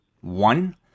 one